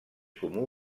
comú